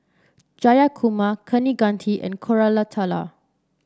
Jayakumar Kaneganti and Koratala